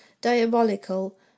diabolical